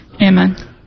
Amen